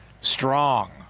strong